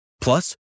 Plus